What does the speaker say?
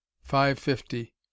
five-fifty